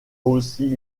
aussi